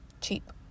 cheap